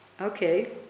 Okay